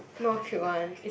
not cute [one]